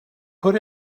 put